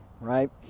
right